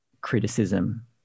criticism